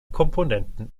komponenten